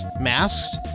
masks